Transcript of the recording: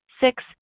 six